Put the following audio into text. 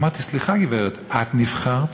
אמרתי: סליחה, גברת, את נבחרת